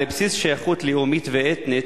על בסיס שייכות לאומית ואתנית,